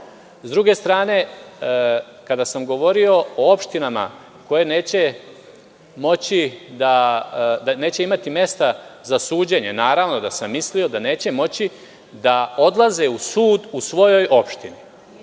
druge strane, kada sam govorio o opštinama koje neće imati mesta za suđenje, naravno da sam mislio da neće moći da odlaze u sud u svojoj opštini.